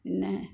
പിന്നെ